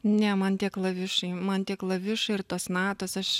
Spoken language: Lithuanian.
ne man tie klavišai man tie klavišai ir tos natos aš